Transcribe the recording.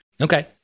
Okay